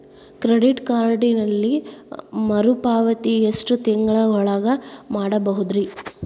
Credit ಕಾರ್ಡಿನಲ್ಲಿ ಮರುಪಾವತಿ ಎಷ್ಟು ತಿಂಗಳ ಒಳಗ ಮಾಡಬಹುದ್ರಿ?